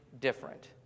different